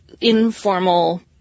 informal